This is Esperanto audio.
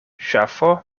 ŝafo